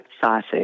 sausage